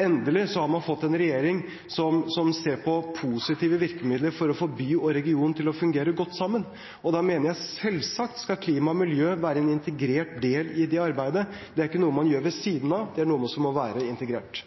endelig har man fått en regjering som ser på positive virkemidler for å få by og region til å fungere godt sammen. Da mener jeg at selvsagt skal klima og miljø være en integrert del i det arbeidet. Det er ikke noe man gjør ved siden av, det er noe som må være integrert.